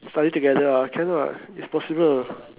study together ah can ah it's possible